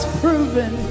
proven